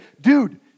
dude